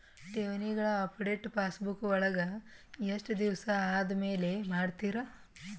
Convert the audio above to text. ಠೇವಣಿಗಳ update passbook ವಳಗ ಎಷ್ಟ ದಿವಸ ಆದಮೇಲೆ ಮಾಡ್ತಿರ್?